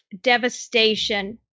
devastation